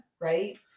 right